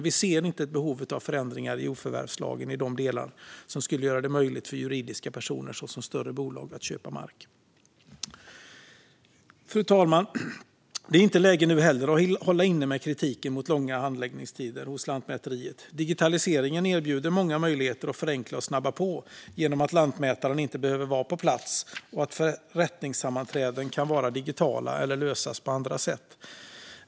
Vi ser inte ett behov av förändringar av delar av jordförvärvslagen som skulle göra det möjligt för juridiska personer såsom större bolag att köpa mark. Det är inte nu heller läge att hålla inne med kritiken mot långa handläggningstider hos Lantmäteriet. Digitaliseringen erbjuder många möjligheter att förenkla och snabba på, genom att lantmätaren inte behöver vara på plats och genom att förrättningssammanträden kan vara digitala eller lösas på andra sätt.